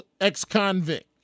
ex-convict